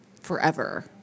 forever